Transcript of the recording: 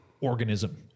organism